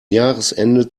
jahresende